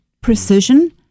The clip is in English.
precision